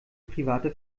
private